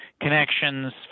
connections